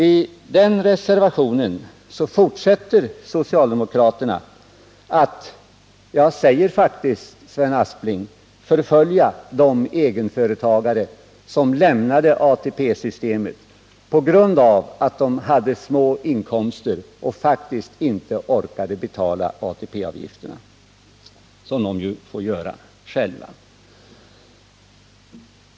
I den reservationen fortsätter socialdemokraterna att förfölja — jag säger faktiskt så, Sven Aspling — de egenföretagare som lämnade ATP-systemet på grund av att de hade små inkomster och inte orkade betala ATP-avgifterna, vilket de ju måste göra själva.